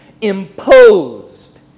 imposed